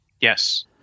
Yes